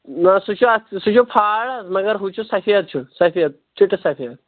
نہ سُہ چھِ اَتھ سُہ چھِ پھاڑ حظ مَگر ہُہ چھِ سَفید چھُ سَفید چِٹہٕ سَفید